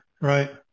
right